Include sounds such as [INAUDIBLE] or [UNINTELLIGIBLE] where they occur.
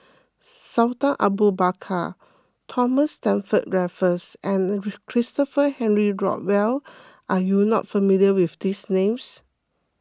Sultan Abu Bakar Thomas Stamford Raffles and [UNINTELLIGIBLE] Christopher Henry Rothwell are you not familiar with these names